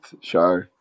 show